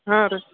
ಹಾಂ ರೀ